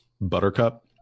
Buttercup